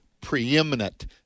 preeminent